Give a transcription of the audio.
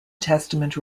testament